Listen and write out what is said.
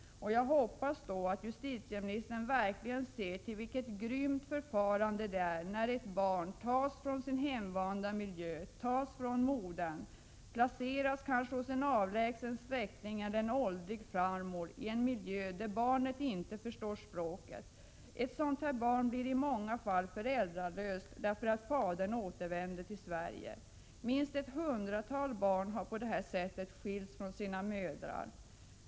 Jag hoppas att justitieministern verkligen ser vilket grymt förfarande det är när ett barn tas från sin hemvanda miljö. Barnet tas från modern och placeras kanske hos en avlägsen släkting eller hos en åldrig farmor i en miljö där barnet inte förstår språket. Ett sådant barn blir i många fall föräldralöst, eftersom fadern återvänder till Sverige. Minst ett hundratal barn har på detta sätt skilts från sina mödrar.